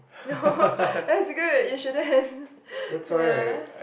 no that is good you shouldn't ya